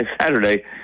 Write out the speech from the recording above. Saturday